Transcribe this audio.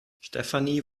stefanie